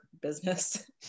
business